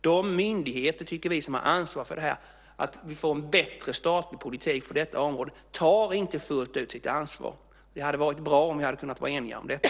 De myndigheter som har ansvar för en bättre statlig politik på detta område tar inte fullt ut sitt ansvar. Det hade varit bra om vi hade kunnat vara eniga om detta.